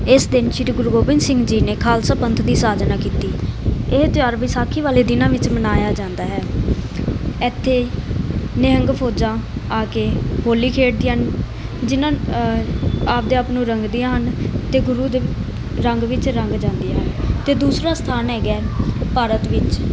ਇਸ ਦਿਨ ਸ਼੍ਰੀ ਗੁਰੂ ਗੋਬਿੰਦ ਸਿੰਘ ਜੀ ਨੇ ਖਾਲਸਾ ਪੰਥ ਦੀ ਸਾਜਨਾ ਕੀਤੀ ਇਹ ਤਿਉਹਾਰ ਵਿਸਾਖੀ ਵਾਲੇ ਦਿਨਾਂ ਵਿੱਚ ਮਨਾਇਆ ਜਾਂਦਾ ਹੈ ਇੱਥੇ ਨਿਹੰਗ ਫੌਜਾਂ ਆ ਕੇ ਹੋਲੀ ਖੇਡਦੀਆਂ ਹਨ ਜਿੰਨਾ ਆਪਣੇ ਆਪ ਨੂੰ ਰੰਗਦੀਆਂ ਹਨ ਅਤੇ ਗੁਰੂ ਦੇ ਰੰਗ ਵਿੱਚ ਰੰਗ ਜਾਂਦੇ ਆ ਅਤੇ ਦੂਸਰਾ ਸਥਾਨ ਹੈਗਾ ਭਾਰਤ ਵਿੱਚ